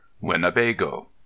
winnebago